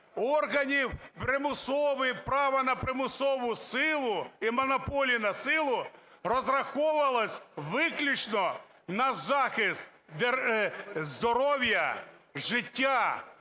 права на примусову силу і монополія на силу, розраховувалася виключно на захист здоров'я, життя,